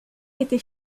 était